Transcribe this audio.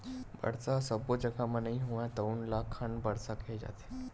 बरसा ह सब्बो जघा म नइ होवय तउन ल खंड बरसा केहे जाथे